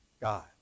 God